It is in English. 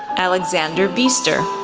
alexander biester,